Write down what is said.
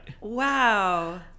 Wow